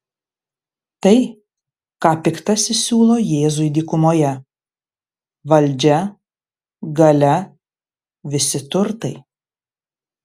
tai ką piktasis siūlo jėzui dykumoje valdžia galia visi turtai